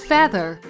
Feather